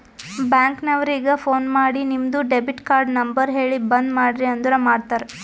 bank ನವರಿಗ phone ಮಾಡಿ ನಿಮ್ದು ಡೆಬಿಟ್ ಕಾರ್ಡ್ ನಂಬರ್ ಹೇಳಿ ಬಂದ್ ಮಾಡ್ರಿ ಅಂದುರ್ ಮಾಡ್ತಾರ